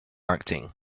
acting